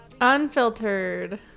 Unfiltered